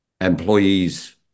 Employees